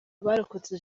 abarokotse